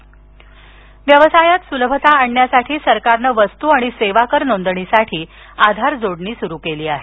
आधार व्यवसायात सुलभता आणण्यासाठी सरकारनं वस्तू आणि सेवा कर नोंदणीसाठी आधार जोडणी सुरू केली आहे